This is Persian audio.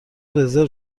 رزرو